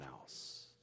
else